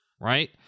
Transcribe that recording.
right